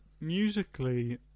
Musically